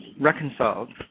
reconciled